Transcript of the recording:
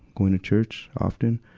going to church often,